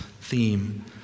theme